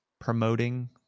promoting